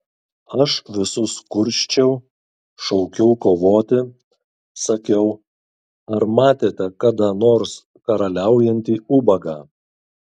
aš visus kursčiau šaukiau kovoti sakiau ar matėte kada nors karaliaujantį ubagą